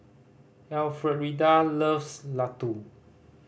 Elfrieda loves laddu